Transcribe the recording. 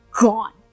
gone